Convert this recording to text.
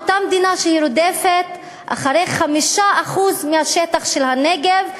אותה מדינה שרודפת אחרי 5% מהשטח של הנגב,